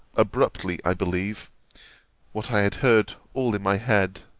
abruptly i believe what i had heard all in my head.